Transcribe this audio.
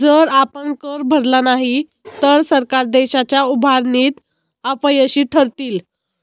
जर आपण कर भरला नाही तर सरकार देशाच्या उभारणीत अपयशी ठरतील